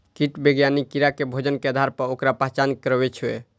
कीट विज्ञानी कीड़ा के भोजन के आधार पर ओकर पहचान करै छै